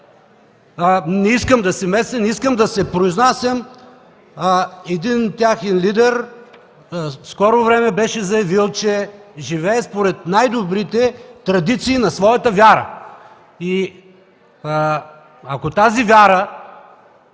не искам да се меся, не искам да се произнасям. Един техен лидер в скоро време беше заявил, че живее според най-добрите традиции на своята вяра. Ако тази вяра